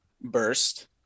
Burst